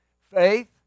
Faith